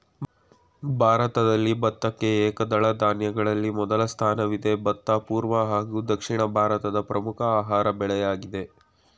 ಭಾರತದಲ್ಲಿ ಭತ್ತಕ್ಕೆ ಏಕದಳ ಧಾನ್ಯಗಳಲ್ಲಿ ಮೊದಲ ಸ್ಥಾನವಿದೆ ಭತ್ತ ಪೂರ್ವ ಹಾಗೂ ದಕ್ಷಿಣ ಭಾರತದ ಪ್ರಮುಖ ಆಹಾರ ಬೆಳೆಯಾಗಯ್ತೆ